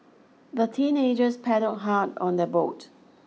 the teenagers paddle hard on their boat